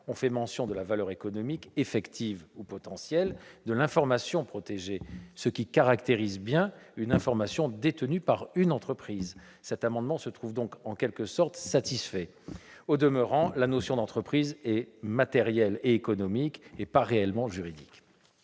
est fait mention de la « valeur économique, effective ou potentielle » de l'information protégée. Cela caractérise bien une information détenue par une entreprise. L'amendement est donc en quelque sorte satisfait. Au demeurant, la notion d'entreprise est matérielle et économique, et pas réellement juridique.